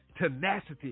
tenacity